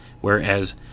whereas